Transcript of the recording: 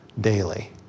daily